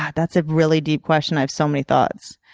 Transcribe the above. that's a really deep question i have so many thoughts.